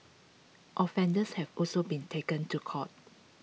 offenders have also been taken to court